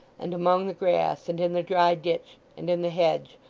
and among the grass, and in the dry ditch, and in the hedge,